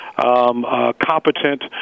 competent